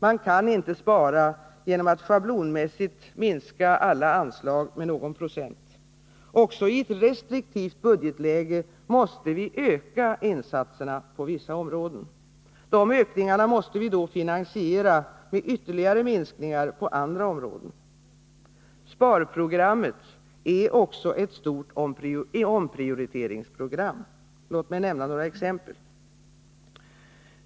Man kan inte spara genom att schablonmässigt minska alla anslag med någon procent. Också i ett restriktivt budgetläge måste vi öka insatserna på vissa områden. De ökningarna måste vi då finansiera med ytterligare minskningar på andra områden. Sparprogrammet är också ett stort omprioriteringsprogram. Låt mig nämna några exempel!